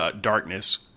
darkness